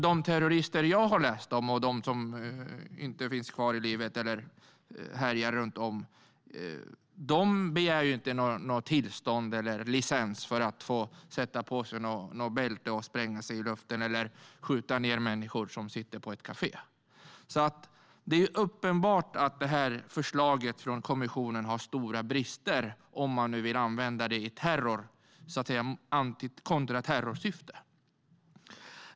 De terrorister jag har läst om, de som inte finns kvar i livet och de som fortsätter att härja runt, har inte begärt tillstånd eller licens för att få sätta på sig ett bälte och spränga sig i luften eller skjuta ned människor som sitter på ett kafé. Det är uppenbart att det här förslaget från kommissionen har stora brister, om man nu vill använda det i kontraterrorsyfte.